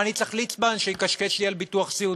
מה אני צריך ליצמן שיקשקש לי על ביטוח סיעודי?